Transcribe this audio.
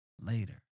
later